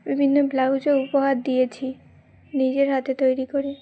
বিভিন্ন ব্লাউজও উপহার দিয়েছি নিজের হাতে তৈরি করে